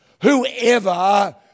Whoever